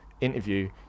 interview